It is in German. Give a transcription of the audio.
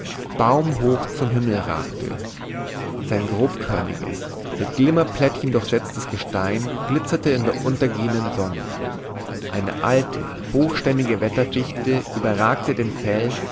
teilte baumhoch zum himmel ragte sein grobkörniges mit glimmerplättchen durchsetztes gestein glitzerte in der untergehenden sonne eine alte hochstämmige wetterfichte überragte den fels